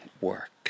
work